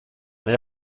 mae